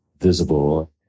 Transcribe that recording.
visible